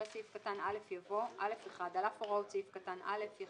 אחרי סעיף קטן (א) יבוא: "(א1)על אף הוראות סעיף קטן (א),